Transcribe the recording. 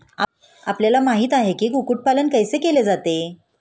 आपल्याला माहित आहे की, कुक्कुट पालन कैसे केले जाते?